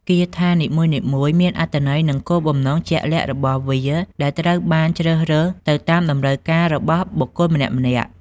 គាថានីមួយៗមានអត្ថន័យនិងគោលបំណងជាក់លាក់របស់វា ដែលត្រូវបានជ្រើសរើសទៅតាមតម្រូវការរបស់បុគ្គលម្នាក់ៗ។